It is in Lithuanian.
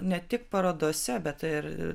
ne tik parodose bet ir